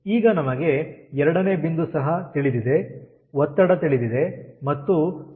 ಈಗ ನಮಗೆ 2ನೇ ಬಿಂದು ಸಹ ತಿಳಿದಿದೆ ಒತ್ತಡ ತಿಳಿದಿದೆ ಮತ್ತು ಇದು ಆರ್ದ್ರವಾದ ಆವಿ ಸ್ಥಿತಿ